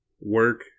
work